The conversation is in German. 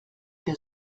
der